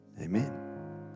Amen